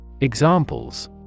Examples